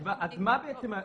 יש לו מוניטין טוב.